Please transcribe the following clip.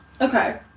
Okay